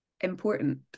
important